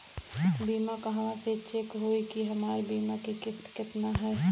बीमा कहवा से चेक होयी की हमार बीमा के किस्त केतना ह?